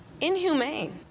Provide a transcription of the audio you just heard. Inhumane